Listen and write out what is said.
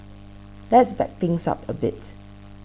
let's back things up a bit